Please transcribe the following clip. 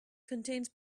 contains